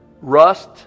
rust